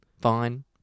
Fine